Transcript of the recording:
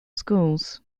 schools